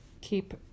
keep